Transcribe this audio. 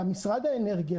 משרד האנרגיה,